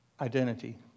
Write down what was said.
identity